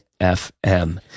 FM